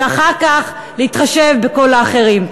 ואחר כך להתחשב בכל האחרים.